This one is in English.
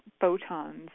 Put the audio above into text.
photons